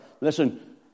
Listen